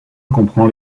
comprend